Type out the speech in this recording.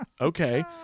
okay